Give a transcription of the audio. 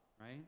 right